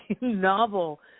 novel